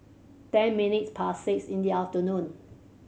ten minutes past six in the afternoon